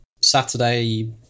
Saturday